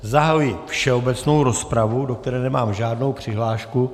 Zahajuji všeobecnou rozpravu, do které nemám žádnou přihlášku.